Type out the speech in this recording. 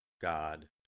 God